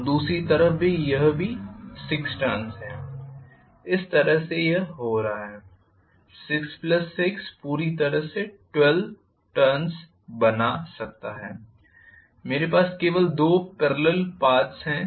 और दूसरी तरफ यह भी 6 टर्न्स है इस तरह से यह हो रहा है 6 6 पूरी तरह से 12 टर्न्स बना सकता है मेरे पास केवल दो पेरलल पाथ्स हैं